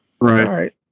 right